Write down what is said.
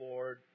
Lord